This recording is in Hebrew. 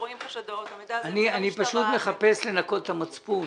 אני פשוט מחפש לנקות את המצפון.